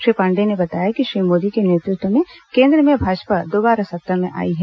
श्री पांडेय ने बताया कि श्री मोदी के नेतृत्व में केन्द्र में भाजपा दोबारा सत्ता में आई है